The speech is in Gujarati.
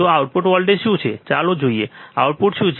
તો આઉટપુટ વોલ્ટેજ શું છે ચાલો જોઈએ આઉટપુટ શું છે